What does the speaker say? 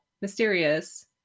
mysterious